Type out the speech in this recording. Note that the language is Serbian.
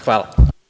Hvala.